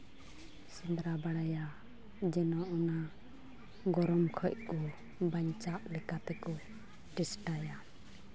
ᱥᱮᱸᱫᱽᱨᱟ ᱵᱟᱲᱟᱭᱟ ᱡᱮᱱᱚ ᱚᱱᱟ ᱜᱚᱨᱚᱢ ᱠᱚᱡ ᱠᱚ ᱵᱟᱧᱪᱟᱜ ᱞᱮᱠᱟ ᱛᱮᱠᱚ ᱪᱮᱥᱴᱟᱭᱟ